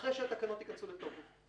אחרי שהתקנות תכנסנה לתוקף.